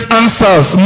answers